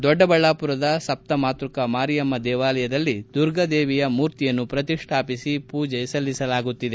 ದೊಡ್ಡಬಳ್ಳಾಪುರದ ಸಪ್ತಮಾತೃಕಾ ಮಾರಿಯಮ್ಮ ದೇವಾಲಯದಲ್ಲಿ ದುರ್ಗಾದೇವಿಯ ಮೂರ್ತಿಯನ್ನು ಶ್ರತಿಷ್ಠಾಪಿಸಿ ಪೂಜೆ ಸಲ್ಲಿಸಲಾಗುತ್ತಿದೆ